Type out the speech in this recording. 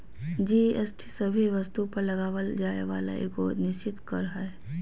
GST सभे वस्तु पर लगावल जाय वाला एगो निश्चित कर हय